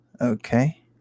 Okay